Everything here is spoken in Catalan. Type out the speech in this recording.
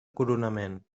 coronament